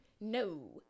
No